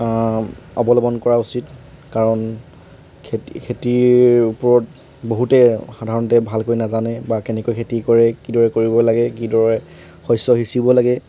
অৱলম্বন কৰা উচিত কাৰণ খেতি খেতিৰ ওপৰত বহুতে সাধাৰণতে ভালকৈ নাজানে বা কেনেকৈ খেতি কৰে কি দৰে কৰিব লাগে কি দৰে শষ্য সিচিব লাগে